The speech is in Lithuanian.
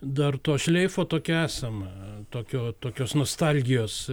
dar to šleifo tokio esama tokio tokios nostalgijos